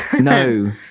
no